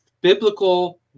biblical